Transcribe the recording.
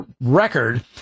record